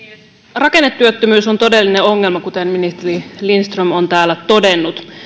rakennetyöttömyys on todellinen ongelma kuten ministeri lindström on täällä todennut